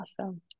Awesome